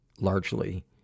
largely